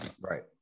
right